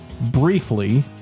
briefly